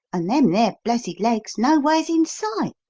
and them there blessed legs nowheres in sight.